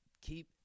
keep